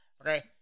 Okay